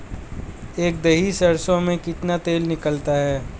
एक दही सरसों में कितना तेल निकलता है?